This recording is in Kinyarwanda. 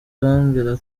arambwira